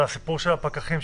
אבל הסיפור של הפקחים,